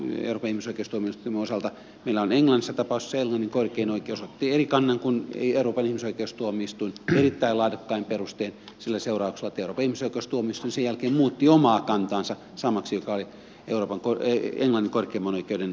meillä on englannissa tapaus jossa englannin korkein oikeus otti eri kannan kuin euroopan ihmisoikeustuomioistuin erittäin laadukkain perustein sillä seurauksella että euroopan ihmisoikeustuomioistuin sen jälkeen muutti omaa kantaansa samaksi joka oli englannin korkeimman oikeuden kanta